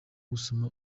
gusoma